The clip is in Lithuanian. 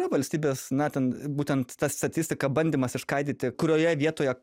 valstybės na ten būtent ta statistika bandymas išskaidyti kurioje vietoje